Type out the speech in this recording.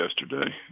yesterday